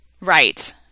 Right